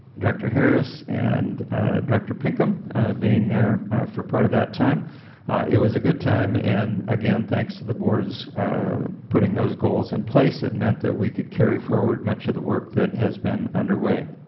director harris, and director pinkham being there for part of that time it was a good time, and again thanks to the board for ah putting those goals in place, it meant that we can carry forward much of the work that has been underway.